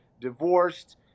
divorced